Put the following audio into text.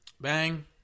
bang